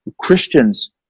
Christians